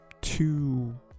two